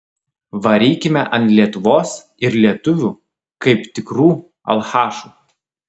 varykime ant lietuvos ir lietuvių kaip tikrų alchašų